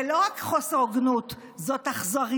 זה לא רק חוסר הוגנות, זאת אכזריות.